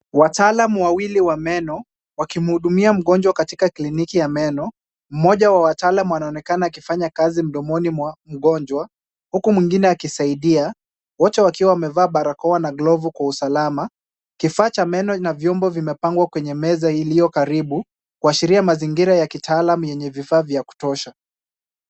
Wataalam wawili wa meno wakimhudumia mgonjwa katika kliniki ya meno. Mmoja wa wataalam anaonekana akifanya kazi mdomoni mwa mgonjwa, huku mwingine akisaidia, wote wakiwa wamevaa barakoa na glovu kwa usalama. Kifaa cha meno na vyombo vimepangwa kwa meza iliyokaribu, kuashiria mazingira ya kitaalam yenye vifaa vya kutosha.